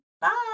Bye